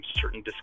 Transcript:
certain